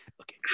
Okay